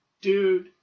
Dude